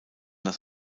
das